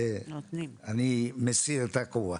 אני מסיר את הכובע.